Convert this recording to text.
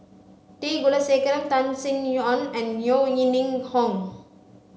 T Kulasekaram Tan Sin Aun and Yeo Ning Hong